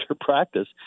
practice